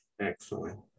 Excellent